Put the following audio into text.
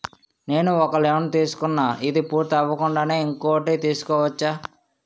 నేను ఒక లోన్ తీసుకున్న, ఇది పూర్తి అవ్వకుండానే ఇంకోటి తీసుకోవచ్చా?